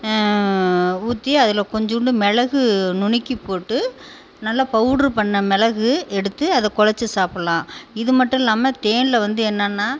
ஊற்றி அதில் கொஞ்சோண்டு மிளகு நுணுக்கி போட்டு நல்ல பவுடர் பண்ண மிளகு எடுத்து அதை குழச்சி சாப்புல்லாம் இது மட்டும் இல்லாமல் தேனில் வந்து என்னென்னா